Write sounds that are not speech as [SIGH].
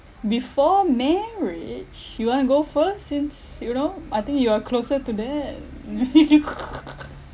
before marriage you want to go first since you know I think you are closer to that [LAUGHS]